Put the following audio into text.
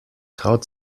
traut